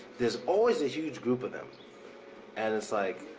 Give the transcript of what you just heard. there's always a huge group of them and it's like,